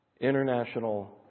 international